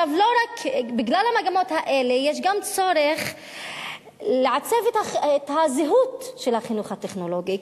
בגלל המגמות האלה יש גם צורך לעצב את הזהות של החינוך הטכנולוגי,